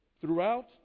Throughout